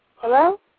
Hello